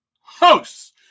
hosts